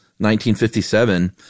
1957